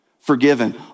forgiven